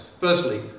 Firstly